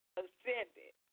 ascended